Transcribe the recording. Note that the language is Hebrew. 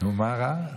נו, מה רע?